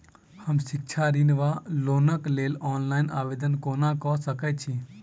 हम शिक्षा ऋण वा लोनक लेल ऑनलाइन आवेदन कोना कऽ सकैत छी?